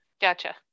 Gotcha